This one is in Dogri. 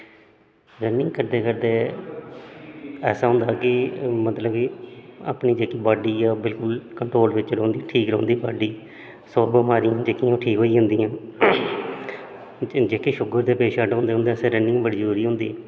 रनिंग करदे करदे ऐसा होंदा कि मतलब कि अपनी जेहकी बाड्डी ऐ ओह् बिलकुल कन्ट्रोल बिच्च रौंहदी ठीक रौंहदी बाड्डी सब बमारियां न जेह्कियां ओह् ठीक होई जंदिया जेह्के शुगर दे पैंशट होंदे उं'दे आस्तै रनिंग बड़ी जरूरी होंदी